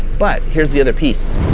but here's the other piece.